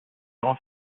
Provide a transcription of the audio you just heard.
jean